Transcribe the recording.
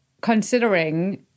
Considering